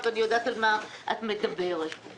כל מדינת ישראל נהנתה ממנו.